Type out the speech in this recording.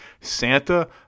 Santa